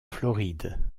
floride